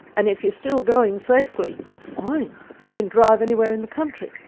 and if you're still going safely fine, you can drive anywhere in the country.